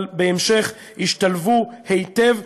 אבל בהמשך השתלבו היטב,